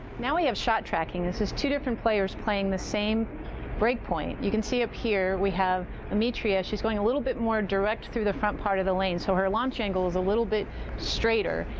now we have shot tracking, this is two different players playing the same break point. you can see up here we have ametria, she's going a little more direct through the front part of the lane, so her launch angle is a little bit straighter.